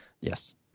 Yes